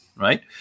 right